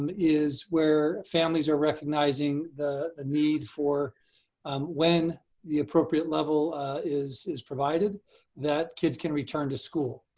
and is where families are recognizing the need for um when the appropriate level is is provided that kids can return to school.